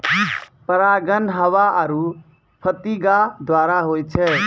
परागण हवा आरु फतीगा द्वारा होय छै